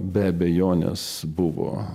be abejonės buvo